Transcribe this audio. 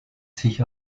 sich